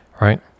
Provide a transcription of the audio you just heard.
right